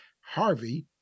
Harvey